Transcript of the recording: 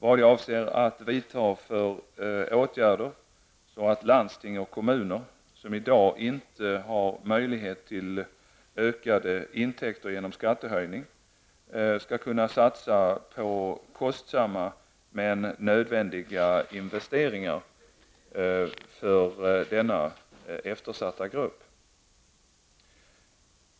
Vad jag avser att vidta för åtgärder så att landsting och kommuner, som i dag inte har möjligheter till ökade intäkter genom skattehöjning, skall kunna satsa på kostsamma men nödvändiga investeringar för denna eftersatta grupp.